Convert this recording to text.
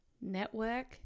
Network